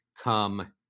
come